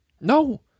No